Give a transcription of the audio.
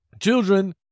Children